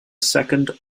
second